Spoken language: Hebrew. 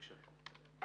בבקשה.